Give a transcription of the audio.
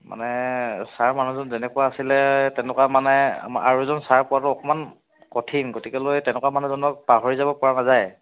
মানে ছাৰ মানুহজন যেনেকুৱা আছিলে তেনেকুৱা মানে আমাৰ আৰু এজন ছাৰ পোৱাটো অকণমান কঠিন গতিকেলৈ তেনেকুৱা মানুহজনক পাহৰি যাব পৰা নাযায়